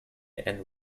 and